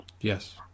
Yes